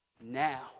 now